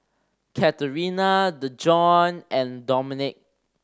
Katerina Dejon and Domenic